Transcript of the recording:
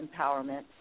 empowerment